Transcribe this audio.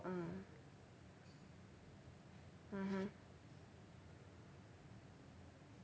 mm mmhmm